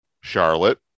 Charlotte